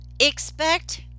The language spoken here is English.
Expect